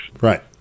Right